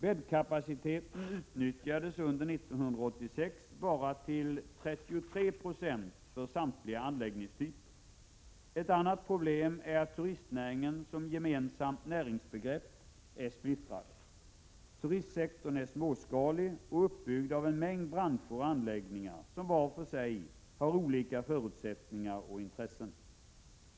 Bäddkapaciteten utnyttjades under år 1986 bara till 33 90 för samtliga anläggningstyper. Ett annat problem är att turistnäringen som gemensamt näringsbegrepp är splittrad. Turistsektorn är småskalig och uppbyggd av en mängd branscher och anläggningar som var för sig har olika förutsättningar och intressen.